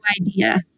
idea